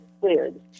cleared